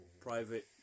private